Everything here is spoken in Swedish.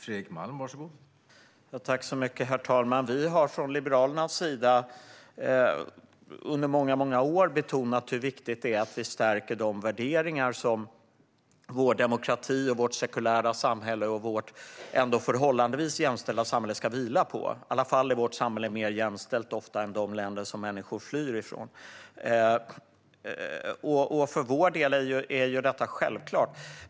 Herr talman! Vi har från Liberalernas sida under många år betonat hur viktigt det är att vi stärker de värderingar som vår demokrati och vårt sekulära och förhållandevis jämställda samhälle ska vila på - i alla fall är vårt samhälle ofta mer jämställt än de länder som människor flyr från. För vår del är detta självklart.